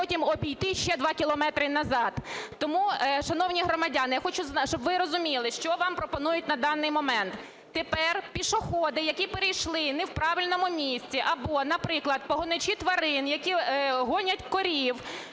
потім обійти ще 2 кілометри назад. Тому, шановні громадяни, я хочу, щоб ви розуміли, що вам пропонують на даний момент. Тепер пішоходи, які перейшли не в правильному місці або, наприклад, погоничі тварин, які гонять корів